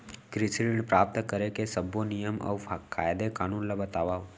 कृषि ऋण प्राप्त करेके सब्बो नियम अऊ कायदे कानून ला बतावव?